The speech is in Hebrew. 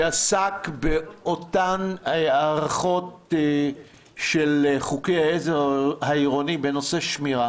שעסק באותן הארכות של חוקי העזר העירוניים בנושא שמירה